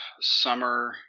Summer